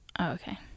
Okay